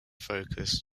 focus